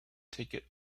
ticket